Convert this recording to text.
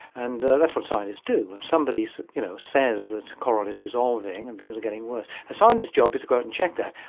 and that's what scientists do. if somebody says you know says that coral is dissolving and things are getting worse, a scientist's job is to go out and check that,